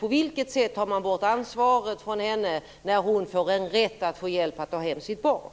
På vilket sätt tar man bort ansvaret från henne när hon får en rätt att få hjälp att ta hem sitt barn?